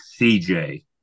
CJ